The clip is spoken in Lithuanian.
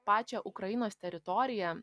pačią ukrainos teritoriją